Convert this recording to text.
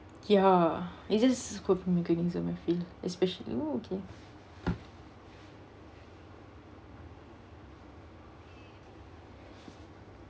ya it's just especially oh okay